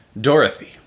Dorothy